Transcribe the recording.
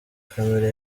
family